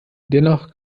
dennoch